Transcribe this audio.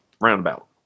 roundabout